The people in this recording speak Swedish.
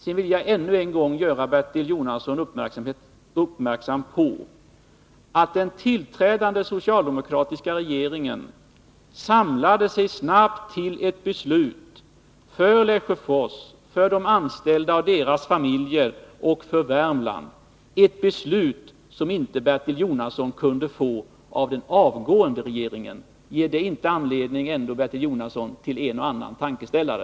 Jag vill vidare ännu en gång göra Bertil Jonasson uppmärksam på att den tillträdande socialdemokratiska regeringen snabbt samlade sig till ett beslut till gagn för Lesjöfors, för de anställda och deras familjer och för Värmland, ett beslut som Bertil Jonasson inte fick från den avgående regeringen. Ger inte det Bertil Jonasson en tankeställare?